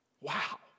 Wow